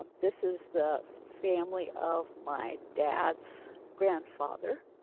ah this is the family of my dad's grandfather